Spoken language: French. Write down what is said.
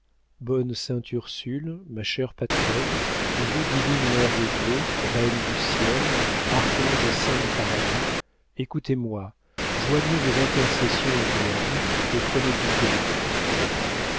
bonne sainte ursule ma chère patronne et vous divine mère de dieu reine du ciel archanges et saints du paradis écoutez-moi joignez vos intercessions aux miennes et prenez pitié de nous